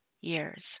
years